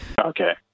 Okay